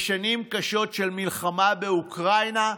בשנים קשות של מלחמה באוקראינה,